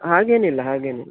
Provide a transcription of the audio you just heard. ಹಾಗೇನಿಲ್ಲ ಹಾಗೇನಿಲ್ಲ